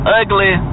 ugly